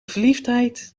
verliefdheid